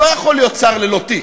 לא יכול להיות שר ללא תיק.